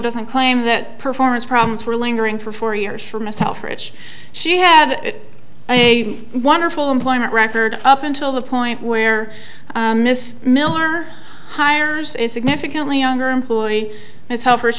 doesn't claim that performance problems were lingering for four years for myself which she had a wonderful employment record up until the point where miss miller hires a significantly younger employee